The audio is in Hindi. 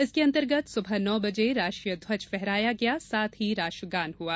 इसके अंतर्गत सुबह नौ बजे राष्ट्रीय ध्वज फहराया गया साथ ही राष्ट्रगान हुआ